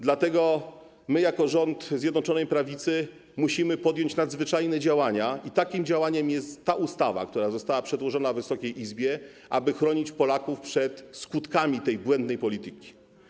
Dlatego my jako rząd Zjednoczonej Prawicy musimy podjąć nadzwyczajne działania i takim działaniem jest ta ustawa, która została przedłożona Wysokiej Izbie, aby chronić Polaków przed skutkami tej błędnej polityki.